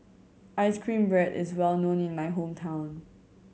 ice cream bread is well known in my hometown